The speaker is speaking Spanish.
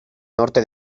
norte